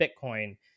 Bitcoin